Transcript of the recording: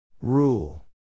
Rule